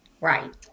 Right